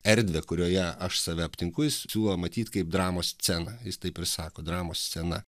erdvę kurioje aš save aptinku jis siūlo matyt kaip dramos sceną jis taip ir sako dramos scena